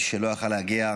שלא יכול היה להגיע,